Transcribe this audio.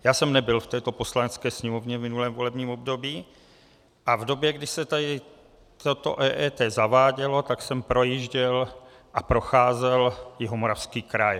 Já jsem nebyl v této Poslanecké sněmovně v minulém volebním období a v době, kdy se tady toto EET zavádělo, jsem projížděl a procházel Jihomoravský kraj.